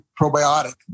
probiotic